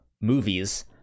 movies